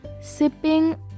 sipping